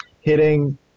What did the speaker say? hitting